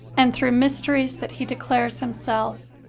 and through mysteries that he declares himself.